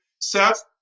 Seth